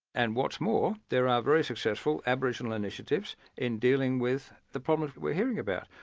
and what's more, there are very successful aboriginal initiatives in dealing with the problem we're hearing about.